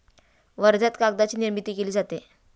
वर्ध्यात कागदाची निर्मिती केली जाते